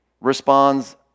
responds